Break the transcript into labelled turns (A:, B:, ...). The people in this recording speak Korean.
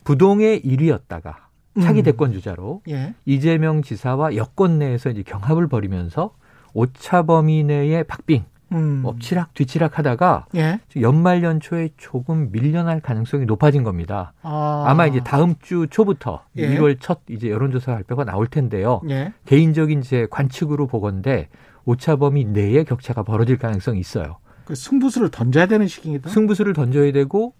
A: 부동의 일위였다가 차기
B: 음.
A: 대권주자로
B: 예.
A: 이재명 지사와 여권 내에서 이제 경합을 벌이면서 오차범위 내의 박빙, 뭐
B: 음.
A: 엎치락뒤치락하다가
B: 예.
A: 지금 연말 연초에 조금 밀려날 가능성이 높아진 겁니다.
B: 아.
A: 아마 이제 다음 주 초부터
B: 예.
A: 1월 첫 이제 여론조사 발표가 나올 텐데요.
B: 예.
A: 개인적인 이제 관측으로 보건대 오차범위 내의 격차가 벌어질 가능성이 있어요.
B: 그 승부수를 던져야 되는 시기이기도 하고.
A: 승부수를 던져야 되고